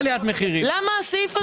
למה הסעיף הזה?